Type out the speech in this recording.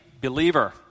believer